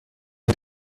این